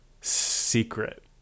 secret